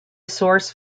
source